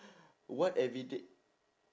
what everyday